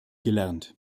gelernt